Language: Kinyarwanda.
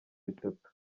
bitatu